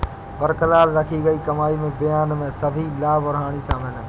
बरकरार रखी गई कमाई में बयान में सभी लाभ और हानि शामिल हैं